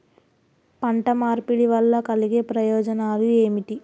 పంట మార్పిడి వల్ల కలిగే ప్రయోజనాలు ఏమిటి?